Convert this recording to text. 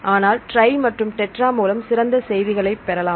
ஆனால் ட்ரை மற்றும் டெட்ரா மூலம் சிறந்த செய்திகளை பெறலாம்